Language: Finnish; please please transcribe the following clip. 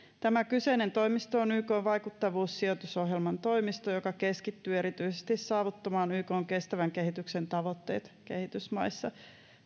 tämä kyseinen toimisto on ykn vaikuttavuussijoitusohjelman toimisto joka keskittyy erityisesti saavuttamaan ykn kestävän kehityksen tavoitteet kehitysmaissa